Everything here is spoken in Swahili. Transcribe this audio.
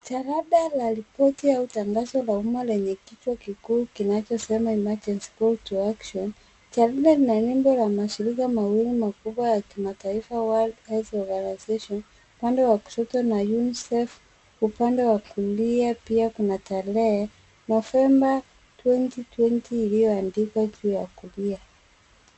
Jarada la ripoti au tangazo chuo kikuu kinachosema emergency goal to action jarada na nembo la mashirika mawili makubwa ya kimataifa world health organization upande wa kushoto na unicef upande wa kulia pia kuna tarehe Novemba 2020 iliyoandikwa juu ya kulia.